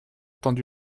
tendu